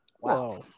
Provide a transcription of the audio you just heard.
Wow